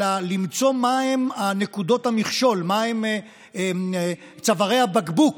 אלא למצוא מהן נקודות המכשול, מהם צווארי הבקבוק,